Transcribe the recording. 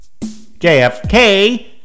JFK